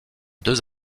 deux